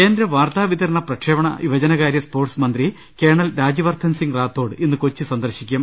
കേന്ദ്ര വാർത്താവിതരണക്ട്രക്ഷ് പണ യുവജനകാര്യ സ്പോർട്സ് മന്ത്രി കേണൽ രാജ്യവർധൻസിംഗ് റാത്തോഡ് ഇന്ന് കൊച്ചി സന്ദർശിക്കും